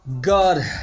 God